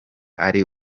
ari